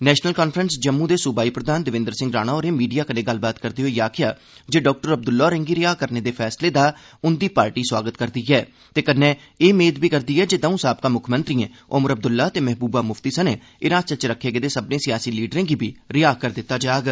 national conference Jammu दे सूबाई प्रधान देवेन्द्र सिंह राणा होरें मीडिया कन्नै गल्लबात करदे होई आखेआ जे डाक्टर अब्दुल्ला होरें'गी रिहा करने दे फैसले दा उंदी पार्टी सोआगत करदी ऐ ते कन्नै एह् मेद बी करदी ऐ जे दौं साबका मुक्खमंत्रिएं ओमर अब्दुल्ला ते महबूबा मुफ्ती सने हिरासत च रक्खे गेदे सब्मनें सियासी लीडरें गी रिहा करी दित्ता जाग